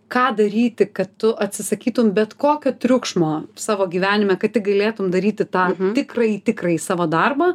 ką daryti kad tu atsisakytum bet kokio triukšmo savo gyvenime kad tik galėtum daryti tą tikrąjį tikrąjį savo darbą